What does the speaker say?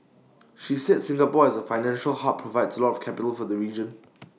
she said Singapore as A financial hub provides A lot of capital for the region